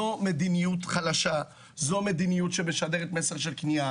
זו מדיניות חלשה, זו מדיניות שמשדרת מסר של כניעה.